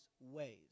ways